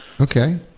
okay